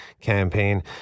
campaign